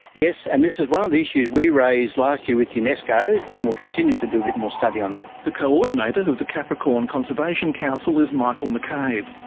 yes and this is one of the issues we raised last year with unesco and we'll continue to do a bit more study on that. the coordinator of the capricorn conservation council is michael mccabe.